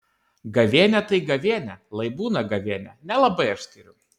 gavėnia tai gavėnia lai būna gavėnia nelabai aš skiriu